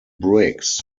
briggs